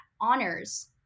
honors